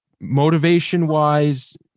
motivation-wise